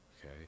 Okay